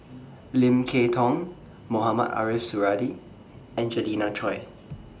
Lim Kay Tong Mohamed Ariff Suradi and Angelina Choy